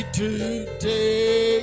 today